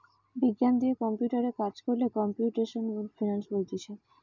বিজ্ঞান দিয়ে কম্পিউটারে কাজ কোরলে কম্পিউটেশনাল ফিনান্স বলতিছে